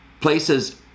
places